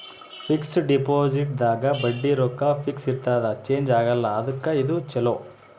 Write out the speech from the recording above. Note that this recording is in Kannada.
ಫಿಕ್ಸ್ ಡಿಪೊಸಿಟ್ ದಾಗ ಬಡ್ಡಿ ರೊಕ್ಕ ಫಿಕ್ಸ್ ಇರ್ತದ ಚೇಂಜ್ ಆಗಲ್ಲ ಅದುಕ್ಕ ಇದು ಚೊಲೊ